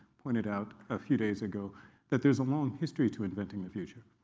pointed out a few days ago that there's a long history to inventing the future.